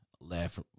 laugh